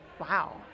Wow